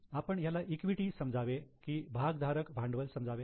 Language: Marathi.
आपण ह्याला इक्विटी समजावे कि भागधारक भांडवल समजावे